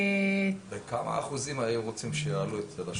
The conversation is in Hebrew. בכמה אחוזים היו רוצים שיעלו?